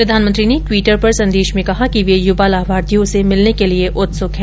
प्रधानमंत्री ने ट्वीटर पर संदेश में कॅहा कि वे युवा लाभार्थियों से मिलने के लिए उत्सुक हैं